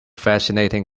fascinating